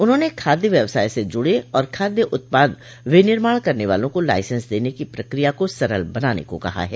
उन्होंने खाद्य व्यवसाय से जुड़े और खाद्य उत्पाद विर्निमाण करने वालों को लाइसेंस देने की प्रक्रिया को सरल बनाने को कहा है